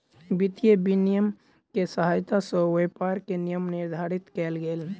वित्तीय विनियम के सहायता सॅ व्यापार के नियम निर्धारित कयल गेल